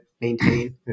maintain